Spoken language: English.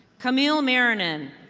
camielle marinin.